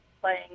playing